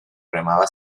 remaba